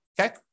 Okay